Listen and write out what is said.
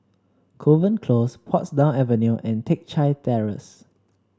Kovan Close Portsdown Avenue and Teck Chye Terrace